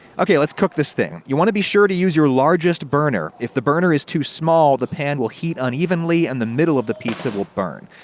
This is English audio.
ok, let's cook this thing. you want to be sure to use your largest burner. if the burner is too small, the pan will heat unevenly and the middle of the pizza will burn.